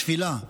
תפילה,